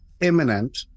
imminent